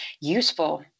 useful